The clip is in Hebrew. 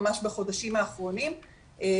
ממש בחודשים האחרונים,